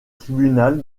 tribunal